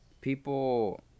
People